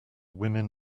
women